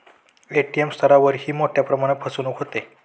ATM स्तरावरही मोठ्या प्रमाणात फसवणूक होते